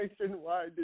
nationwide